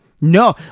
no